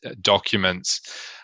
documents